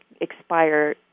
expire